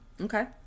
Okay